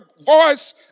voice